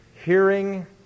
hearing